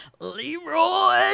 Leroy